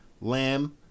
lamb